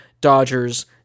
Dodgers